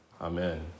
Amen